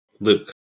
Luke